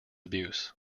abuse